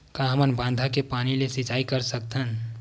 का हमन बांधा के पानी ले सिंचाई कर सकथन?